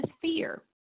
fear